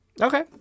Okay